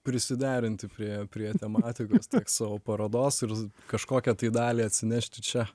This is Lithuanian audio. prisiderinti prie prie tematikos tiek savo parodos ir kažkokią tai dalį atsinešti čia